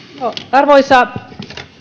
arvoisa